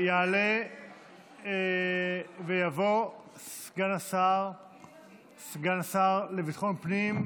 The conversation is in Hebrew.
יעלה ויבוא סגן השר לביטחון הפנים,